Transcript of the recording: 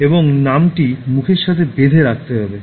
এবং নামটি মুখের সাথে বেঁধে রাখতে হবে